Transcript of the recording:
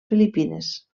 filipines